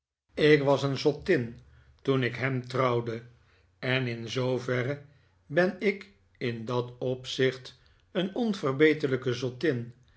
ik was een zottin toen ik hem trouwde en in zooverre ben ik in dat opzicht een onverbeterlijke zottin